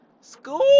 School